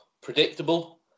Predictable